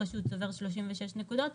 אחרי שהוא צובר 36 נקודות,